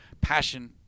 passion